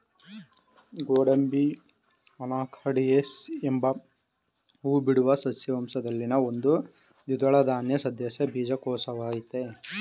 ಗೋಡಂಬಿ ಅನಾಕಾರ್ಡಿಯೇಸಿ ಎಂಬ ಹೂಬಿಡುವ ಸಸ್ಯ ವಂಶದಲ್ಲಿನ ಒಂದು ದ್ವಿದಳ ಧಾನ್ಯ ಸಸ್ಯದ ಬೀಜಕೋಶವಾಗಯ್ತೆ